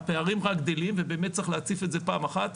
והפערים רק גדלים ובאמת צריך להציף את זה פעם אחת.